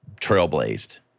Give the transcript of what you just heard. trailblazed